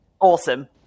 awesome